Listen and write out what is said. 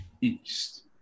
East